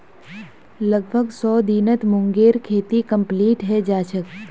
लगभग सौ दिनत मूंगेर खेती कंप्लीट हैं जाछेक